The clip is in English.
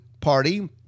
party